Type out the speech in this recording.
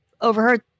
overheard